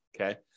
okay